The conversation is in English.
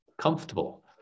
comfortable